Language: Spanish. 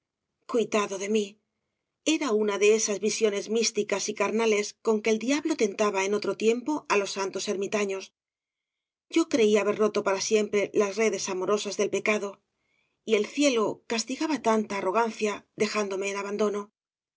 cuitado de mí era una de esas visiones místicas y carnales con que el diablo tentaba en otro tiempo á los santos ermitaños yo reía haber roto para siempre las redes amorosas del pecado y el cielo castigaba tanta arroobras de valle inclan gancia dejándome en abandono